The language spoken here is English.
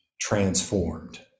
transformed